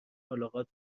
ملاقات